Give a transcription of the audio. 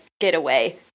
getaway